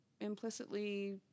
implicitly